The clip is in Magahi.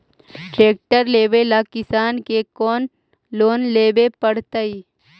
ट्रेक्टर लेवेला किसान के कौन लोन लेवे पड़तई?